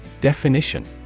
Definition